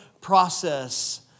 process